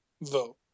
vote